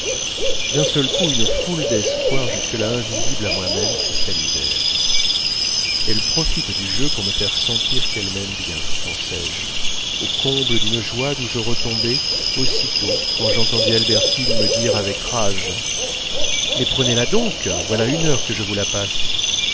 d'un seul coup une foule d'espoirs jusque-là invisibles à moi-même cristallisèrent elle profite du jeu pour me faire sentir qu'elle m'aime bien pensai-je au comble d'une joie d'où je retombai aussitôt quand j'entendis albertine me dire avec rage mais prenez là donc voilà une heure que je vous la passe